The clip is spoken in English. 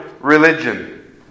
religion